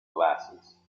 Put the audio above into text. glasses